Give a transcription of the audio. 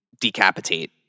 decapitate